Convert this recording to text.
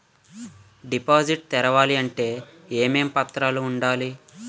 Deposit తెరవాలి అంటే ఏమేం పత్రాలు ఉండాలి?